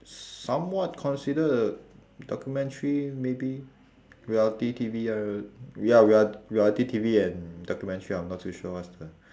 somewhat considered a documentary maybe reality T_V ya real~ reality T_V and documentary I'm not too sure what's the